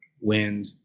wind